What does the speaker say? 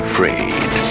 Afraid